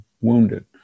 wounded